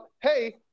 hey